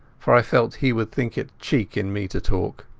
for i felt he would think it cheek in me to talk.